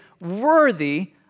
worthy